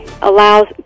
allows